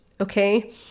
okay